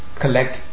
collect